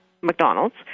McDonald's